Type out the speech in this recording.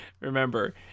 remember